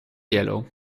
yellow